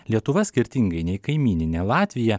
lietuva skirtingai nei kaimyninė latvija